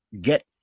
get